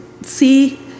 see